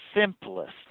simplest